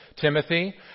Timothy